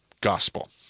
gospel